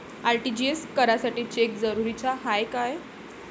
RTGS करासाठी cheque जरुरीचा हाय काय?